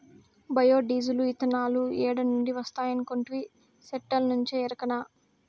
bio diesel, ఇతనాలు ఏడ నుంచి వస్తాయనుకొంటివి, సెట్టుల్నుంచే ఎరకనా